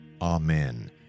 Amen